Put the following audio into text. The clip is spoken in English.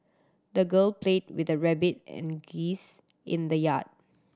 the girl played with the rabbit and geese in the yard